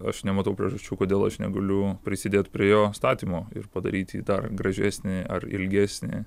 aš nematau priežasčių kodėl aš negaliu prisidėt prie jo statymo ir padaryt jį dar gražesnį ar ilgesnį